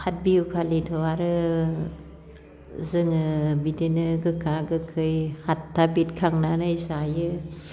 हाथ बिहुखालिथ' आरो जोङो बिदिनो गोखा गोखै हाथथा बिथखांनानै जायो